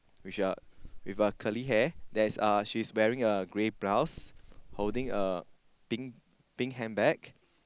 which a with a curly hair there is uh she's wearing a grey blouse holding a pink pink handbag